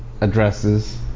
addresses